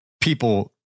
People